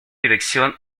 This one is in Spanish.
dirección